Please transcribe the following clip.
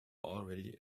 already